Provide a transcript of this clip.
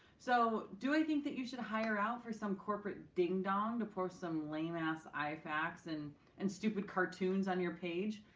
so do i think that you should hire out for some corporate ding-dong to pour some lame-ass eye facts and and stupid cartoons on your page?